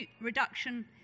reduction